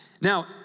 Now